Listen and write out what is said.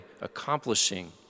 accomplishing